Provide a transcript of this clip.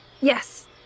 Yes